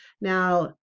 Now